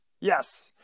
Yes